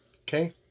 Okay